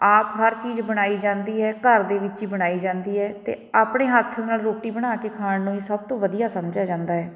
ਆਪ ਹਰ ਚੀਜ਼ ਬਣਾਈ ਜਾਂਦੀ ਹੈ ਘਰ ਦੇ ਵਿੱਚ ਹੀ ਬਣਾਈ ਜਾਂਦੀ ਹੈ ਅਤੇ ਆਪਣੇ ਹੱਥ ਨਾਲ ਰੋਟੀ ਬਣਾ ਕੇ ਖਾਣ ਨੂੰ ਹੀ ਸਭ ਤੋਂ ਵਧੀਆ ਸਮਝਿਆ ਜਾਂਦਾ ਹੈ